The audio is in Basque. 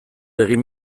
egin